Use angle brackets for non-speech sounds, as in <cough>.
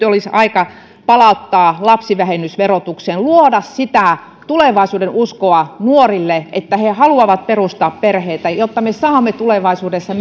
<unintelligible> olisi aika palauttaa lapsivähennys verotukseen luoda sitä tulevaisuudenuskoa nuorille että he haluavat perustaa perheitä jotta me saamme tulevaisuudessa <unintelligible>